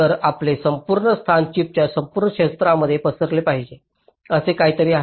तर आपले संपूर्ण स्थान चिपच्या संपूर्ण क्षेत्रामध्ये पसरले पाहिजे असे काहीतरी आहे